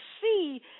see